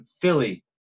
Philly